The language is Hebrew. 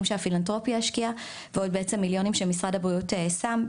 שהפילנתרופיה השקיעה ועוד מיליונים שמשרד הבריאות שם.